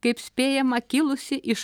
kaip spėjama kilusi iš